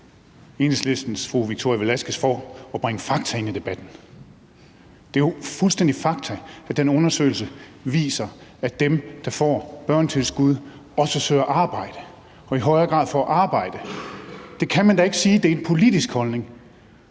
Enhedslistens fru Victoria Velasquez for at bringe fakta ind i debatten. Det er jo et åbenlyst faktum, at den undersøgelse viser, at dem, der får børnetilskud, også søger arbejde og i højere grad får arbejde. Det kan man da ikke sige er en politisk holdning.